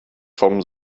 vom